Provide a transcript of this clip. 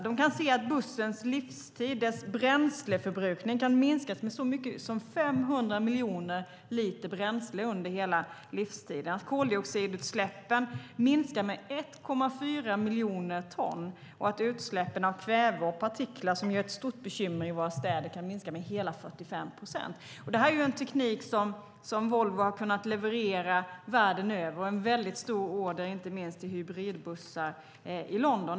De kan se att bussens bränsleförbrukning kan minskas med så mycket som 500 miljoner liter bränsle under hela livstiden, att koldioxidutsläppen minskar med 1,4 miljoner ton och att utsläppen av kväve och partiklar, som är ett stort bekymmer i våra städer, kan minska med hela 45 procent. Det här är en teknik som Volvo har kunnat leverera världen över. Och det är en stor order, inte minst, på hybridbussar till London.